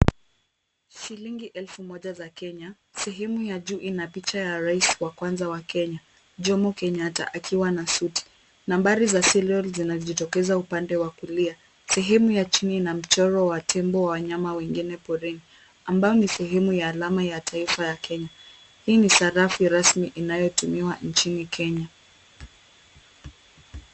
Shilingi elfu moja za Kenya, sehemu ya juu ina picha ya rais wa kwanza wa Kenya Jomo Kenyatta akiwa na suti. Nambari za [c] serial [c] zinajitokeza upande wa kulia. Sehemu ya chini ina mchoro wa tembo na wanyama wengine wa porini ambao ni sehemu ya alama ya taifa ya Kenya. Hii ni sarafu rasmi inayotumiwa nchini Kenya.